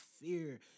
fear